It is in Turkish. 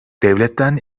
devletten